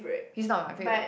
he's not my favourite